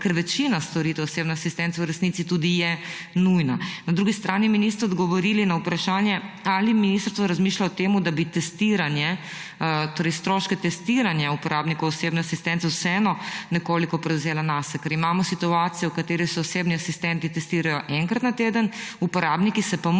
ker večina storitev osebne asistence v resnici tudi je nujna. Na drugi strani mi niste odgovorili na vprašanje: Ali ministrstvo razmišlja o tem, da bistroške testiranja uporabnikov osebne asistence vseeno nekoliko prevzelo nase? Imamo situacijo, v kateri se osebni asistenti testirajo enkrat na teden, uporabniki se pa